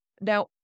Now